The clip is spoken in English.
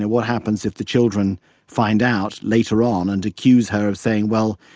and what happens if the children find out later on and accuse her, saying well,